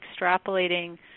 extrapolating